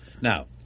Now